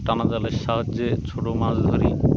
টানা জালের সাহায্যে ছোট মাছ ধরি